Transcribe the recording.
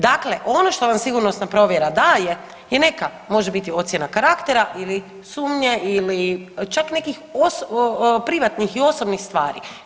Dakle, ono što vam sigurnosna provjera daje je neka može biti ocjena karaktera ili sumnje ili čak nekih privatnih i osobnih stvari.